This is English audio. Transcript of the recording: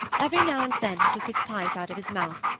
every now and then he took his pipe out of his mouth,